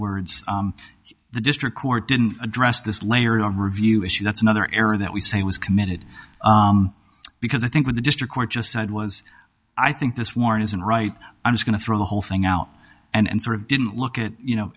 words the district court didn't address this layer of review issue that's another error that we say was committed because i think with the district court just said was i think this war isn't right i'm going to throw the whole thing out and sort of didn't look at you know